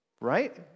right